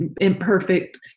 imperfect